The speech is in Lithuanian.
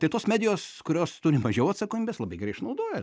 tai tos medijos kurios turi mažiau atsakomybės labai gerai išnaudoja